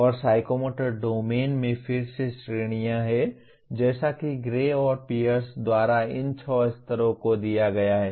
और psychomotor domain में फिर से श्रेणियां हैं जैसा कि ग्रे और पियर्स द्वारा इन छह स्तरों को दिया गया है